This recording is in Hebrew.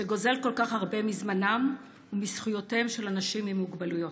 שגוזל כל כך הרבה מזמנם ומזכויותיהם של אנשים עם מוגבלויות.